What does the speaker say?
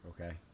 Okay